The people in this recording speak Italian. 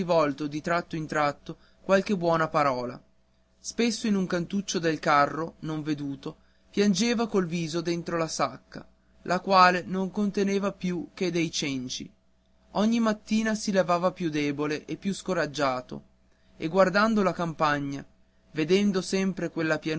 di tratto in tratto qualche buona parola spesso in un cantuccio del carro non veduto piangeva col viso contro la sua sacca la quale non conteneva più che dei cenci ogni mattina si levava più debole e più scoraggiato e guardando la campagna vedendo sempre quella